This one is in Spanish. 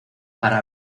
para